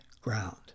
ground